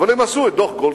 אבל הם עשו את דוח-גולדסטון.